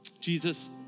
Jesus